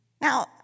Now